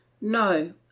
No